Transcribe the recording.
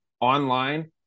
online